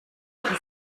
qui